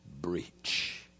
breach